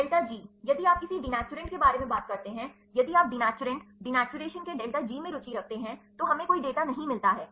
delta G यदि आप किसी दिनैचुरैंट के बारे में बात करते हैं यदि आप दिनैचुरैंट दिनैचुरैशन के डेल्टा जी में रुचि रखते हैं तो हमें कोई डेटा नहीं मिलता है